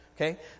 Okay